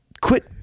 quit